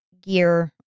gear